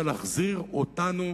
זה להחזיר אותנו,